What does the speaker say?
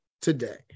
today